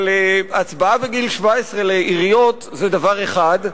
אבל הצבעה בגיל 17 לעיריות זה דבר אחד,